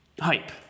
hype